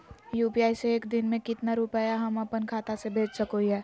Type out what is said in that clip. UPI से एक दिन में कितना रुपैया हम अपन खाता से भेज सको हियय?